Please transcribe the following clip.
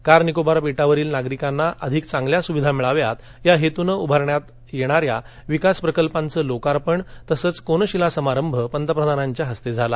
car Nicobar बेटावरील नागरिकांना अधिक चांगल्या सुविधा मिळाव्यात या हेतूनं उभारण्यात येणाऱ्या विकास प्रकल्पांच लोकर्पण तसंच कोनशीला समारंभ पंतप्रधानांच्या हस्ते झाला